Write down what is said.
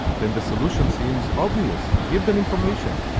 then the solution seems obvious. give them information.